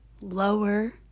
lower